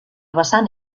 vessant